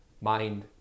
mind